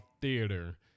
Theater